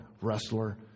wrestler